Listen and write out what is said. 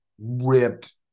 ripped